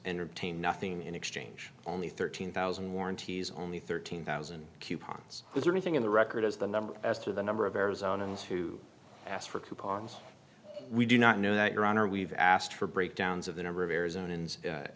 entertain nothing in exchange only thirteen thousand warranties only thirteen thousand coupons is there anything in the record as the number as to the number of arizona's who asked for coupons we do not know that your honor we've asked for breakdowns of the number of arizona